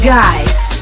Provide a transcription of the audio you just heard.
Guys